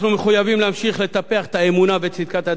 אנחנו מחויבים להמשיך לטפח את האמונה בצדקת הדרך,